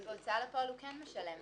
אבל בהוצאה לפועל הוא כן משלם.